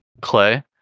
Clay